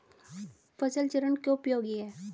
फसल चरण क्यों उपयोगी है?